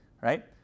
right